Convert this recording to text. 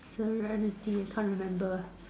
serenity I can't remember